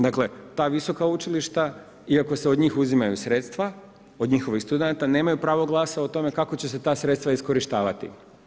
Dakle ta visoka učilišta iako se od njih uzimaju sredstva, od njihovih studenata nemaju pravo glasa o tome kako će se ta sredstva iskorištavati.